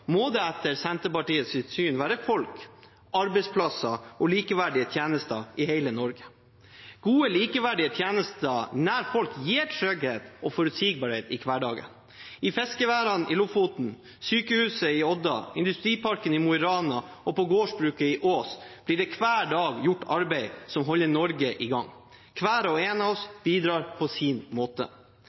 må det etter Senterpartiets syn være folk, arbeidsplasser og likeverdige tjenester i hele Norge. Gode, likeverdige tjenester nær folk gir trygghet og forutsigbarhet i hverdagen. I fiskeværene i Lofoten, sykehuset i Odda, industriparken i Mo i Rana og på gårdsbruket i Ås blir det hver dag gjort arbeid som holder Norge i gang. Hver og en av oss bidrar på sin måte.